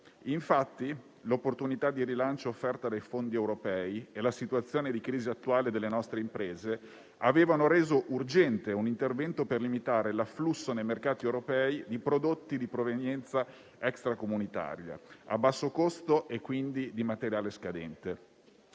Infatti, l'opportunità di rilancio offerta dai fondi europei e la situazione di crisi attuale delle nostre imprese avevano reso urgente un intervento, per limitare l'afflusso nei mercati europei di prodotti di provenienza extracomunitaria a basso costo e quindi di materiale scadente.